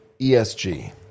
ESG